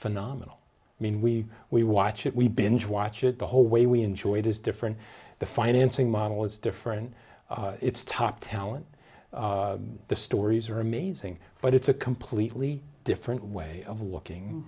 phenomenal i mean we we watch it we binge watch it the whole way we enjoy it is different the financing model is different it's top talent the stories are amazing but it's a completely different way of looking